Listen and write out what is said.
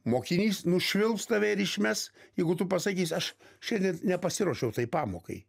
mokinys nušvilps tave ir išmes jeigu tu pasakysi aš šiandien nepasiruošiau pamokai